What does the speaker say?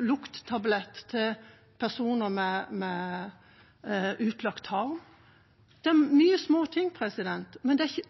lukttablett til personer med utlagt tarm – det er mange små ting. Men noe som er